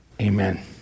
Amen